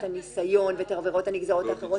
הניסיון ואת העבירות הנגזרות האחרות,